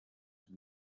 die